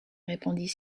répondit